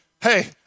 hey